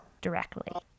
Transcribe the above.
directly